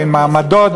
בין מעמדות,